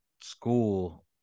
school